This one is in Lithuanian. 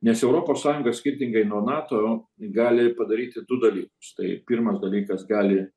nes europos sąjunga skirtingai nuo nato gali padaryti du dalykus tai pirmas dalykas gali